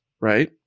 right